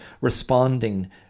responding